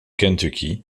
kentucky